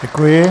Děkuji.